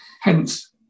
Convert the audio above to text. Hence